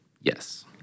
yes